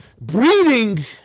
breeding